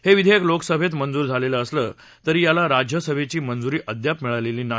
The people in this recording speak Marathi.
हे विधेयक लोकसभेत मंजूर झालेलं असलं तरी याला राज्यसभेची मंजूरी अद्याप मिळालेली नाही